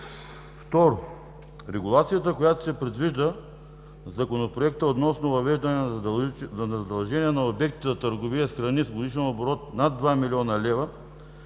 Второ, регулацията, която се предвижда в Законопроекта, относно въвеждане на задължения на обектите за търговия с храни с годишен оборот над два милиона лева